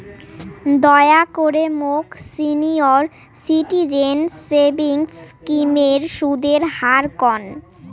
দয়া করে মোক সিনিয়র সিটিজেন সেভিংস স্কিমের সুদের হার কন